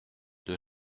deux